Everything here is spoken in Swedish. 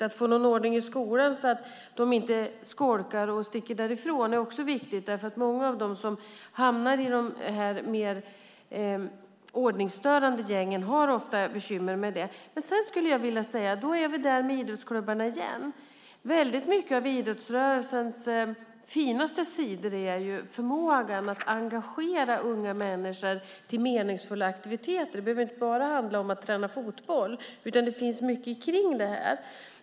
Att få ordning i skolan så att de inte skolkar och sticker därifrån är också viktigt, för många av dem som hamnar i de mer ordningsstörande gängen har ofta bekymmer med det. Men sedan skulle jag vilja säga: Då är vi där med idrottsklubbarna igen. Väldigt mycket av idrottsrörelsens finaste sidor är förmågan att engagera unga människor till meningsfulla aktiviteter. Det behöver inte bara handla om att träna fotboll, utan det finns mycket kring det.